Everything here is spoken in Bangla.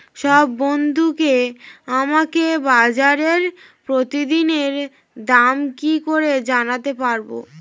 সব বন্ধুকে আমাকে বাজারের প্রতিদিনের দাম কি করে জানাতে পারবো?